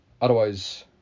otherwise